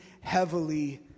heavily